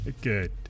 Good